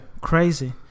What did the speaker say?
Crazy